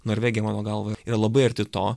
norvegija mano galva yra labai arti to